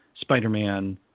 Spider-Man